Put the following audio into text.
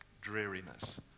dreariness